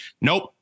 Nope